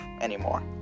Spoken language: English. anymore